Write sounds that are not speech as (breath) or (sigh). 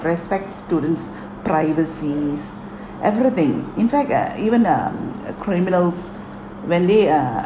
respects students' (breath) privacies everything in fact uh even uh uh criminals when they uh